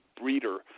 breeder